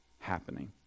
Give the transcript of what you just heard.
happening